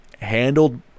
handled